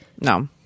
No